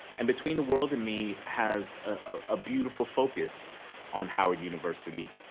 and between the world and me has a beautiful focus on howard university.